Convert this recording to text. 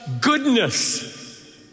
goodness